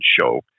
show